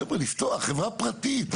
חבר'ה, לפתוח חברה פרטית.